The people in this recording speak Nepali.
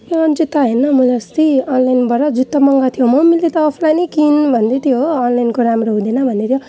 ए अन्जिता हेर् न मैले अस्ति अनलाइनबाट जुत्ता मगाएको थियो मम्मीले त अफलाइनै किन् भन्दैथ्यो हो अनलाइनको राम्रो हुँदैन भनेर